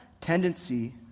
tendency